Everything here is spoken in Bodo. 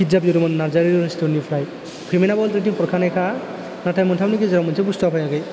पिज्जा बिहरदोंमोन नार्जारी रेस्टुरेन्टनिफ्राय पेमेन्टनाबो अलरिडि हरखानायखा नाथाय मोनथामनि गेजेराव मोनसे बुस्थुवा फैयाखै